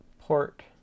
port